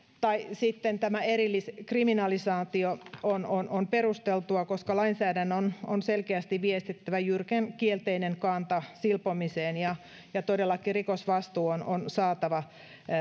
tai sitten tämä erilliskriminalisointi on on perusteltua koska lainsäädännön on selkeästi viestittävä jyrkän kielteinen kanta silpomiseen ja ja rikosvastuu on on saatava